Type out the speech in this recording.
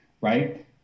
right